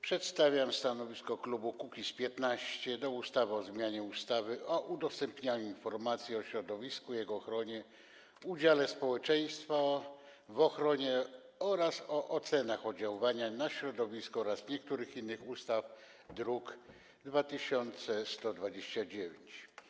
Przedstawiam stanowisko klubu Kukiz’15 dotyczące ustawy o zmianie ustawy o udostępnianiu informacji o środowisku i jego ochronie, udziale społeczeństwa w ochronie środowiska oraz o ocenach oddziaływania na środowisko oraz niektórych innych ustaw, druk nr 2129.